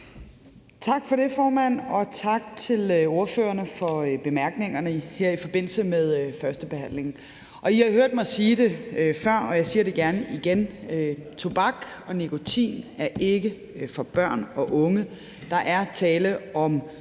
Tak for det, formand, og tak til ordførerne for bemærkningerne her i forbindelse med førstebehandlingen. I har hørt mig sige det før, og jeg siger det gerne igen: Tobak og nikotin er ikke for børn og unge. Der er tale om